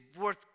worth